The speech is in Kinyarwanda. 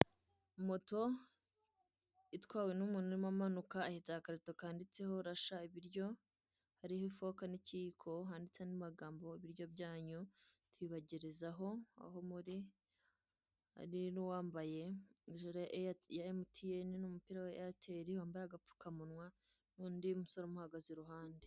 Moto itwawe n'umuntu urimo amanuka ahetse agakarito kanditseho "rasha ibiryo", hariho ifoka n'ikiyiko handitseho n'amagambo "ibiryo byanyu tubagerezaho aho muri", hari uwambaye irya MTN n'umupira wa Airtel wambaye agapfukamunwa, n'undi musore umuhagaze iruhande.